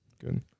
Good